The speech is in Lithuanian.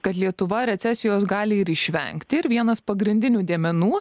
kad lietuva recesijos gali ir išvengti ir vienas pagrindinių dėmenų